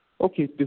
okay